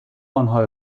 آنها